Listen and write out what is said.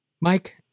Mike